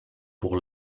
pour